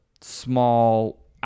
small